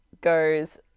goes